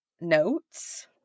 notes